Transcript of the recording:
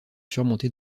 surmontée